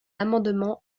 l’amendement